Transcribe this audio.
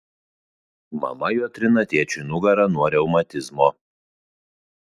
mama juo trina tėčiui nugarą nuo reumatizmo